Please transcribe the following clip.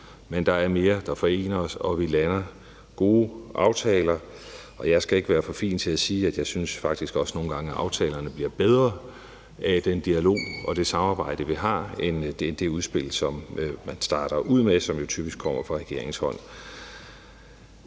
men der er mere, der forener os. Vi lander gode aftaler, og jeg skal ikke være for fin til at sige, at jeg faktisk også nogle gange synes, at aftalerne bliver bedre af den dialog og det samarbejde, vi har, end det udspil, som man starter ud med, og som jo typisk kommer fra regeringens hånd.